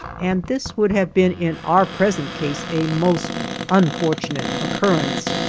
and this would have been in our present case a most unfortunate occurrence.